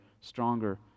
stronger